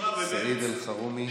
סעיד אלחרומי.